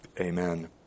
Amen